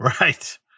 Right